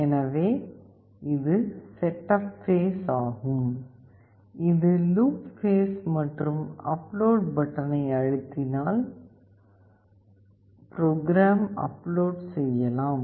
எனவே இது setup phase ஆகும் இது லூப் பேஸ் மற்றும் அப்லோட் பட்டனை அழுத்தினால் ப்ரோக்ராம் அப்லோட் செய்யலாம்